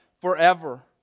forever